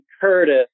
Curtis